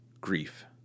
grief